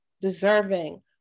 deserving